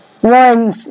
one